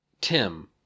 tim